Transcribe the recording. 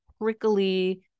prickly